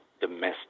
domestic